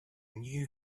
knew